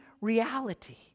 reality